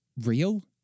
real